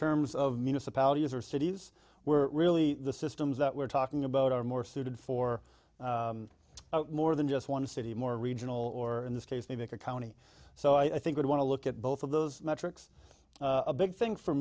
terms of municipalities or cities were really the systems that we're talking about are more suited for more than just one city more regional or in this case the bigger county so i think you'd want to look at both of those metrics a big thing for